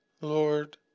Lord